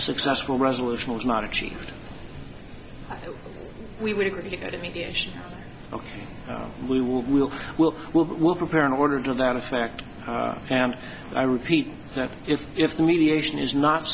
successful resolution was not achieved we would agree to mediation ok we will will will will will prepare an order to that effect and i repeat that if if the mediation is not